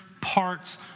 parts